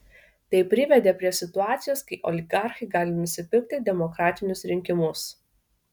tai privedė prie situacijos kai oligarchai gali nusipirkti demokratinius rinkimus